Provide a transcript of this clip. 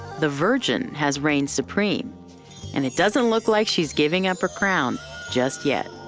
the virgin has reigned supreme and it doesn't look like she's giving up her crown just yet.